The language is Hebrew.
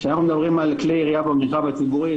כשאנחנו מדברים על כלי ירייה במרחב הציבורי,